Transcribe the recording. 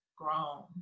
Grown